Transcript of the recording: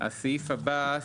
הסעיף הבא,